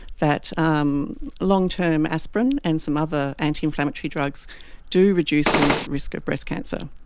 that um long-term aspirin and some other anti-inflammatory drugs do reduce women's risk of breast cancer.